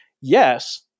yes